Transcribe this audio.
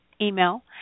email